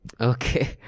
Okay